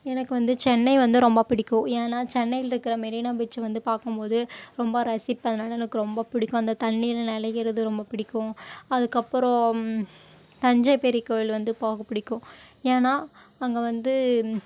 எனக்கு வந்து சென்னை வந்து ரொம்ப பிடிக்கும் ஏன்னால் சென்னையிலிருக்குற மெரினா பீச்சு வந்து பார்க்கும் போது ரொம்ப ரசிப்பேன் அதனால எனக்கு ரொம்ப பிடிக்கும் அந்த தண்ணியில் நெனைகிறது ரொம்ப பிடிக்கும் அதுக்கப்புறம் தஞ்சை பெரிய கோவில் வந்து போக பிடிக்கும் ஏன்னால் அங்கே வந்து